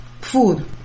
Food